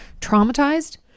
Traumatized